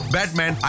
Batman